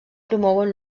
promouen